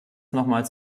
nochmals